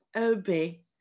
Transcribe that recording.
obey